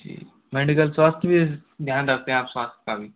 जी medical स्वास्थ्य की भी ध्यान रखते हैं आप स्वास्थ्य का भी